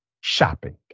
shopping